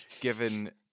given